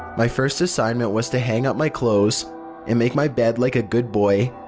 my first assignment was to hang up my clothes and make my bed like a good boy.